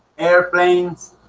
airplanes